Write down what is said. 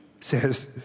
says